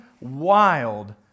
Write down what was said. wild